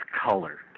color